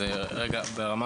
ברמה